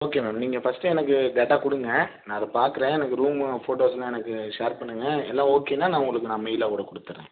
okay ma'am நீங்கள் ஃபர்ஸ்ட்டு எனக்கு டேட்டா கொடுங்க நான் அதை பார்க்குறேன் எனக்கு ரூம்மு ஃபோட்டோஸெலாம் எனக்கு ஷேர் பண்ணுங்கள் எல்லாம் ஓகேன்னால் நான் உங்களுக்கு நான் மெயிலாக கூட கொடுத்துட்றேன்